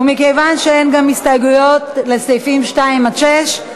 מכיוון שאין הסתייגויות לסעיפים 2 6,